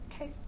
Okay